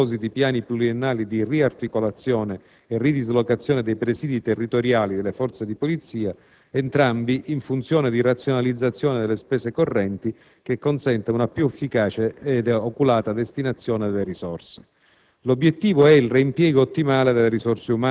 pubblica sicurezza ed alla predisposizione di appositi piani pluriennali di riarticolazione e ridislocazione dei presidi territoriali delle Forze di polizia, entrambi in funzione di una razionalizzazione delle spese correnti che consenta una più oculata ed efficace destinazione delle risorse.